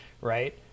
right